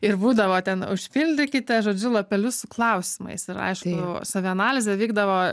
ir būdavo ten užpildykite žodžiu lapelius su klausimais ir aišku savianalizė vykdavo